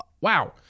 wow